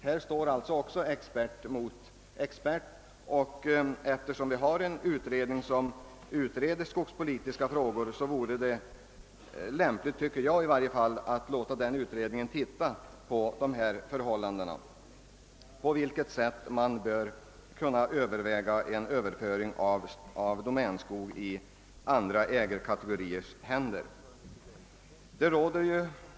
Här står också expert mot expert, och eftersom vi har en utredning som utreder skogspolitiska frågor vore det enligt min mening lämpligt att låta den undersöka på vilket sätt en överföring av domänskog i andra ägarkategoriers händer kunde tänkas ske.